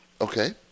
Okay